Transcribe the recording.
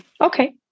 Okay